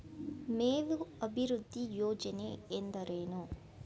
ಮೇವು ಅಭಿವೃದ್ಧಿ ಯೋಜನೆ ಎಂದರೇನು?